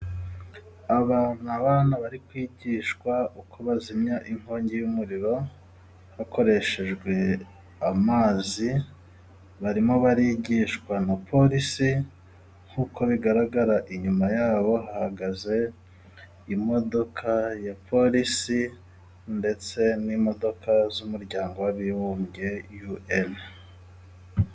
Aba ni abana bari kwigishwa uko bazimya inkongi y'umuriro hakoreshejwe amazi, barimo barigishwa na polisi nk'uko bigaragara, inyuma yabo hahagaze imodoka ya polisi, ndetse n'imodoka z'umuryango w'abibumbye YUWENI .